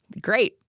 great